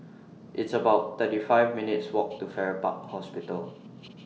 It's about thirty five minutes' Walk to Farrer Park Hospital